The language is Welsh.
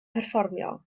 perfformio